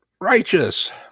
Righteous